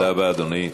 תודה רבה, אדוני.